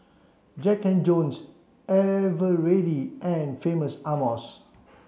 Jack and Jones Eveready and Famous Amos